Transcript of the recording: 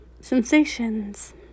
sensations